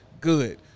good